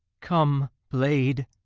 come, blade,